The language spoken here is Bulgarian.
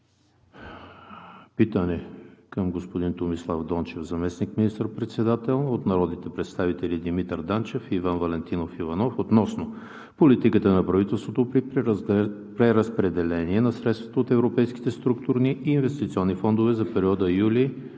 Питане към господин Томислав Дончев – заместник министър-председател, от народните представители Димитър Данчев и Иван Валентинов Иванов относно политиката на правителството по преразпределение на средствата от европейските структурни и инвестиционни фондове за периода юли